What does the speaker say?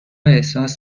احساس